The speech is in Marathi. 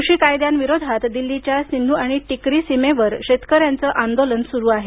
कृषी कायद्यांविरोधात दिल्लीच्या सिंघू आणि टिकरी सीमेवर शेतकऱ्यांचं आंदोलन सुरू आहे